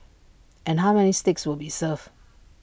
and how many steaks will be served